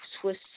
Swiss